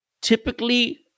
typically